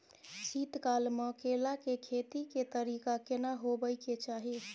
शीत काल म केला के खेती के तरीका केना होबय के चाही?